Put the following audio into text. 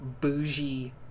bougie